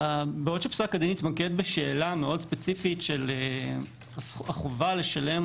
בעוד שפסק הדין התמקד בשאלה מאוד ספציפית של החובה לשלם